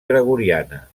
gregoriana